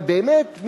אבל באמת,